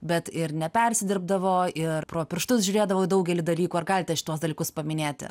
bet ir nepersidirbdavo ir pro pirštus žiūrėdavo į daugelį dalykų ar galite šituos dalykus paminėti